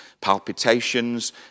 palpitations